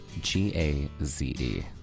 G-A-Z-E